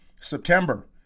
September